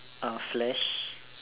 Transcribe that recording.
uh flash